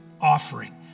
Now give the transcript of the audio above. offering